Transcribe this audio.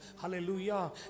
hallelujah